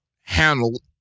handled